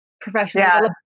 professionally